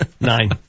Nine